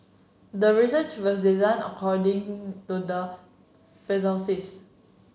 the research was designed according to the